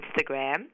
Instagram